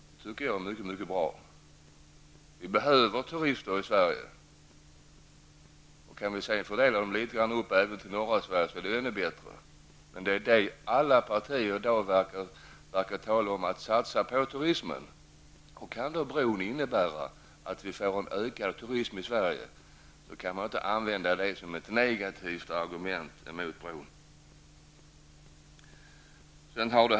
Det tycker jag är bra. Vi behöver turister i Sverige. Om det sedan går att fördela dem även över norra Sverige är det ännu bättre. Men alla partier i dag verkar tala om att satsa på turismen. Om bron innebär en ökad turism i Sverige, kan man inte använda det som ett negativt argument mot bron.